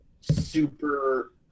super